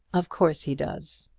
of course he does.